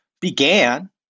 began